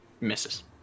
Misses